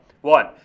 one